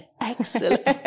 Excellent